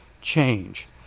change